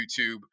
YouTube